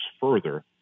further